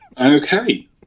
Okay